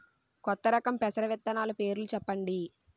కొత్త రకం పెసర విత్తనాలు పేర్లు చెప్పండి?